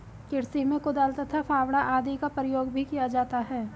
कृषि में कुदाल तथा फावड़ा आदि का प्रयोग भी किया जाता है